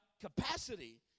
capacity